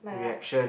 reaction